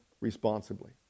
responsibly